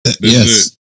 Yes